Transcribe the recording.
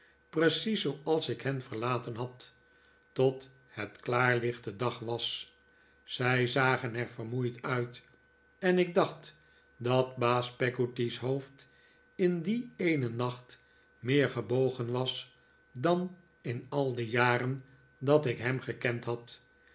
precies zooals ik hen verlaten had tot het klaarlichte dag was zij zagen er vermoeid uit en ik dacht dat baas peggotty's hoofd in dien eenen nacht meer gebogen was dan in al de jaren dat ik hem gekend had